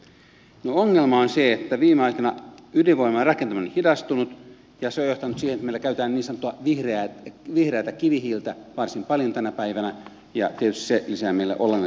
no ongelma on se että viime aikoina ydinvoiman rakentaminen on hidastunut ja se on johtanut siihen että meillä käytetään niin sanottua vihreätä kivihiiltä varsin paljon tänä päivänä ja tietysti se lisää meillä olennaisesti päästöjä